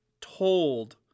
told